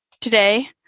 Today